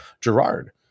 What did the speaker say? Gerard